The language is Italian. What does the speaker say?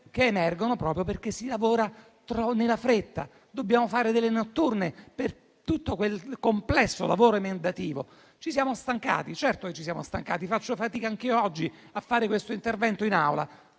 emergono proprio perché si lavora nella fretta. Abbiamo dovuto fare delle sedute notturne per tutto quel complesso lavoro emendativo. Ci siamo stancati, certo che ci siamo stancati; faccio fatica anche io oggi a fare questo intervento in Aula.